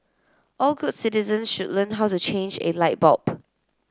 all good citizens should learn how to change a light bulb